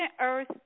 earth